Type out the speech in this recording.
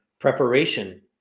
preparation